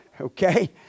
Okay